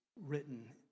written